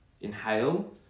inhale